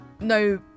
no